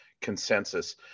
consensus